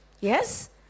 Yes